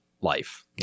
life